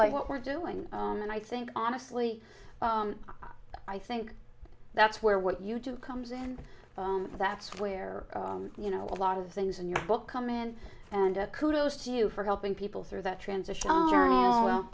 like what we're doing and i think honestly i think that's where what you do comes in and that's where you know a lot of things in your book come in and kudos to you for helping people through that transition